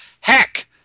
Heck